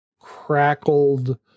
crackled